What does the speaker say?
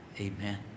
Amen